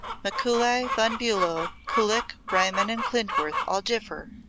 mikuli, von bulow, kullak, riemann and klindworth all differ,